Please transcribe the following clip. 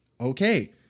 okay